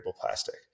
plastic